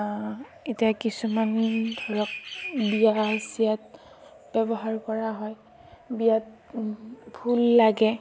এতিয়া কিছুমান ধৰক বিয়া চিয়াত ব্যৱহাৰ কৰা হয় বিয়াত ফুল লাগে